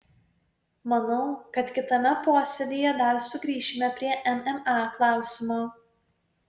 manau kad kitame posėdyje dar sugrįšime prie mma klausimo